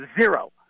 zero